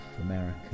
America